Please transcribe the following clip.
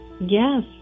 Yes